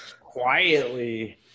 quietly